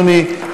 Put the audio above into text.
אדוני.